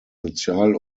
sozial